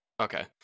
Okay